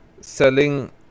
selling